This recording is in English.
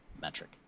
metric